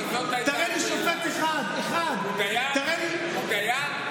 תראה לי שופט אחד, אחד, זו הייתה השאלה.